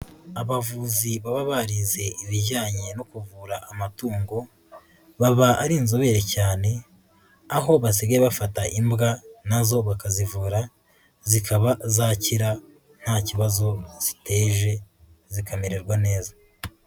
Abavuzi baba barize ibijyanye no kuvura amatungo, baba ari inzobere cyane, aho basigaye bafata imbwa nazo bakazivura, zikaba zakira nta kibazo ziteje zikamererwa neza.